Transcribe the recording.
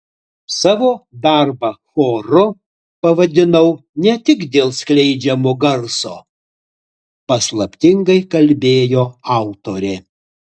savo darbą choru pavadinau ne tik dėl skleidžiamo garso paslaptingai kalbėjo autorė